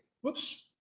Whoops